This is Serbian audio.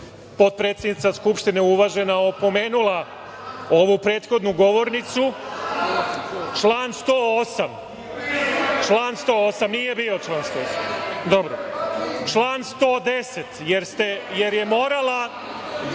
potpredsednica Skupštine uvažena je opomenula ovu prethodnu govornicu. Član 108.Nije bio član 108.Dobro. Član 110, jer je morala…Da,